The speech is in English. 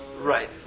right